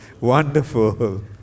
Wonderful